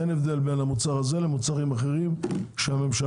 אין הבדל בין המוצר הזה למוצרים אחרים שהממשלה